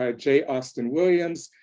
ah j. austin williams,